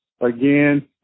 again